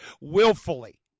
willfully